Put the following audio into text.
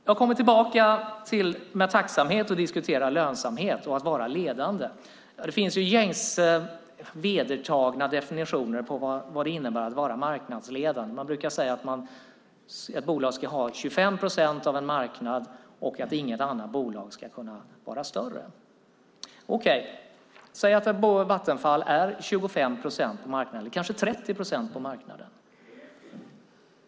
Jag kommer med tacksamhet tillbaka till att diskutera lönsamhet och att vara ledande. Det finns gängse och vedertagna definitioner av vad det innebär att vara marknadsledande. Man brukar säga att ett bolag ska ha 25 procent av en marknad och att inget annat bolag ska kunna vara större. Säg att Vattenfall har 25 procent eller kanske 30 procent av marknaden.